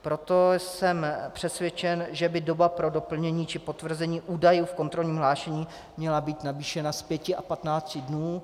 Proto jsem přesvědčen, že by doba pro doplnění či potvrzení údajů v kontrolním hlášení měla být navýšena z pěti na patnáct dnů.